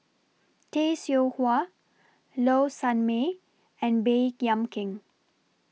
Tay Seow Huah Low Sanmay and Baey Yam Keng